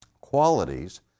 qualities